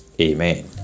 Amen